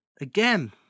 again